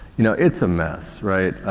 you know, it's a mess, right?